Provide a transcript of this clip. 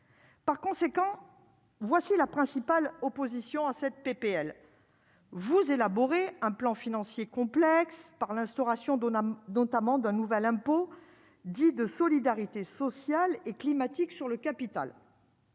Par conséquent, voici la principale opposition à cette PPL. Vous élaboré un plan financier complexe par l'instauration donna notamment d'un nouvel impôt, dit de solidarité sociale et climatique sur le capital.